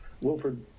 Wilford